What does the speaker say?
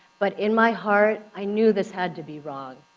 but in my heart, i knew this had to be wrong.